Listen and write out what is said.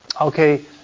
Okay